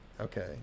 Okay